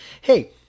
hey